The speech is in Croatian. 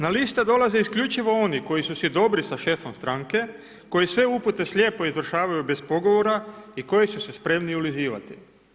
Na liste dolaze isključivo oni koji su si dobri sa šefom stranke, koji sve upute slijepo izvršavaju bez pogovora i koji su se spremni ulizivati.